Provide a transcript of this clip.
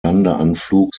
landeanflug